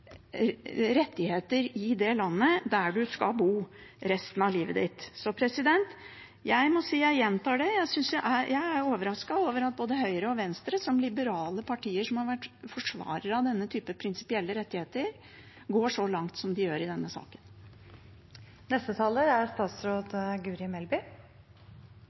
rettigheter i det landet hvor man skal bo resten av livet sitt. Jeg gjentar at jeg er overrasket over at både Høyre og Venstre, liberale partier som har vært forsvarere av denne typen prinsipielle rettigheter, går så langt som de gjør i denne